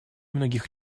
многих